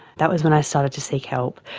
that was when i started to seek help.